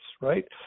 right